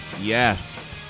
Yes